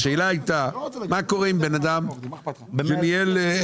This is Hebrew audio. השאלה הייתה מה קורה עם בן אדם שניהל את